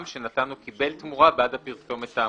שנתן או קיבל תמורה בעד הפרסומת האמורה.